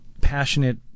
passionate